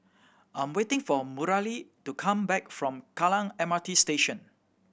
I'm waiting for Mareli to come back from Kallang M R T Station